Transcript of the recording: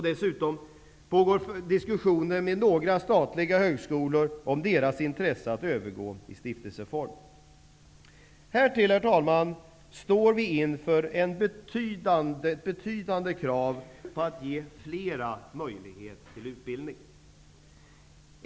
Dessutom pågår diskussioner med några statliga högskolor om deras intresse att övergå i stiftelseform. Härtill, herr talman, står vi inför ett betydande krav på att ge fler möjlighet till utbildning.